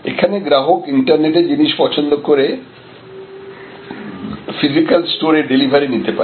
এখানে গ্রাহক ইন্টারনেটে জিনিস পছন্দ করে ফিজিক্যাল স্টোরে ডেলিভারি নিতে পারে